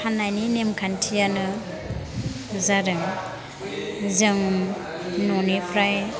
फाननायनि नेमखान्थिआनो जादों जों न'निफ्राय